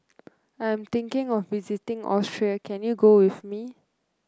I am thinking of visiting Austria can you go with me